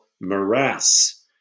morass